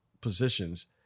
positions